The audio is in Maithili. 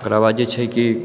ओकरा बाद जे छै कि